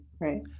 right